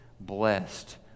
blessed